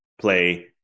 play